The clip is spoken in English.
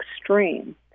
extreme